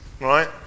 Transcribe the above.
right